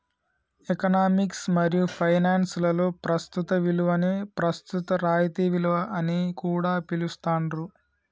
economics మరియు finance లలో ప్రస్తుత విలువని ప్రస్తుత రాయితీ విలువ అని కూడా పిలుత్తాండ్రు